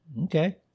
Okay